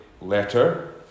letter